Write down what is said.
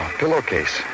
pillowcase